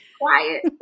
quiet